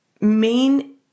main